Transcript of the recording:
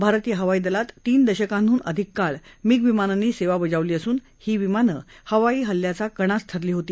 भारतीय हवाई दलात तीन दशकांहून अधिक काळ मिग विमानांनी सेवा बजावली असून ही विमानं हवाई हल्ल्याचा कणाच ठरली होती